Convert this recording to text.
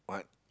what